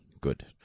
Good